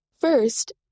First